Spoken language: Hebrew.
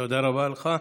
תודה רבה לך.